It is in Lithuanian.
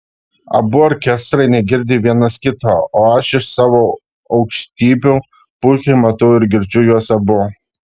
abu orkestrai negirdi vienas kito o aš iš savo aukštybių puikiai matau ir girdžiu juos abu